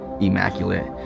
immaculate